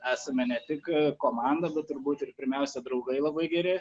esame ne tik komanda bet turbūt ir pirmiausia draugai labai geri